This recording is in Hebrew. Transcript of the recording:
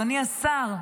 אדוני השר.